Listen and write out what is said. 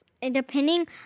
depending